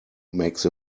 makes